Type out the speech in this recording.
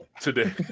today